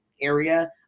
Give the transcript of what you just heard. area